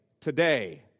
today